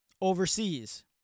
overseas